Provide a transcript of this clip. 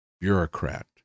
bureaucrat